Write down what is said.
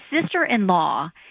sister-in-law